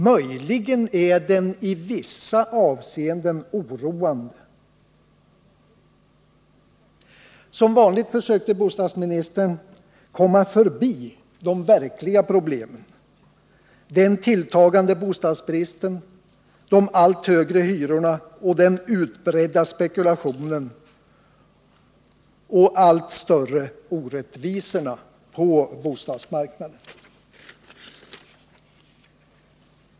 Möjligen är den i vissa avseenden oroande. Som vanligt försökte bostadsministern komma förbi de verkliga problemen —- den tilltagande bostadsbristen, de allt högre hyrorna, den utbredda spekulationen och de allt större orättvisorna på bostadsmarknaden.